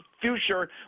future